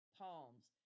palms